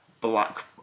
black